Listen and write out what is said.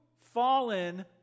fallen